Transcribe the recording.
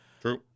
True